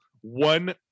one